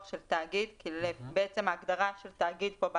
של תאגיד כי בעצם ההגדרה של תאגיד פה,